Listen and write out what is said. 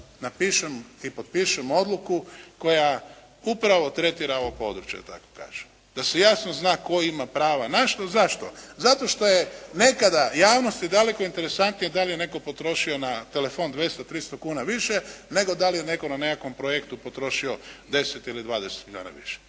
napišem i potpišem odluku koja upravo tretira ovo područje da tako kažem. Da se jasno zna tko ima prava na što. Zašto? Zato što je nekada javnosti daleko interesantnije da li je netko potrošio na telefon 200, 300 kuna više nego da li je netko na nekakvom projektu potrošio 10 ili 20 milijuna više.